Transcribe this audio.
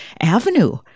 avenue